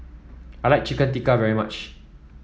I like Chicken Tikka very much